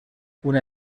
una